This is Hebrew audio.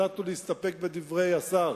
החלטנו להסתפק בדברי השר.